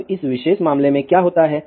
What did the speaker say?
अब इस विशेष मामले में क्या होता है